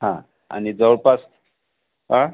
हा आणि जवळपास आ